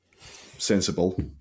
sensible